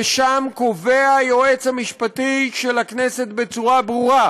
ושם קובע היועץ המשפטי של הכנסת בצורה ברורה